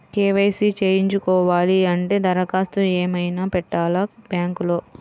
KYC చేయించుకోవాలి అంటే దరఖాస్తు ఏమయినా పెట్టాలా బ్యాంకులో?